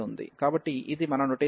కాబట్టి ఇది మన నొటేషన్ లో x1